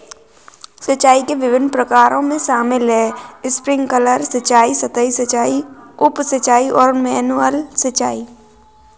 सिंचाई के विभिन्न प्रकारों में शामिल है स्प्रिंकलर सिंचाई, सतही सिंचाई, उप सिंचाई और मैनुअल सिंचाई